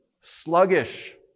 sluggish